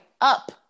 up